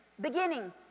beginning